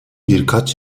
birkaç